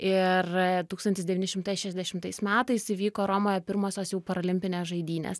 ir tūkstantis devyni šimtai šešiasdešimtais metais įvyko romoje pirmosios jau parolimpinės žaidynės